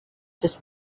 just